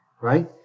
right